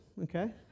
Okay